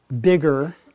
bigger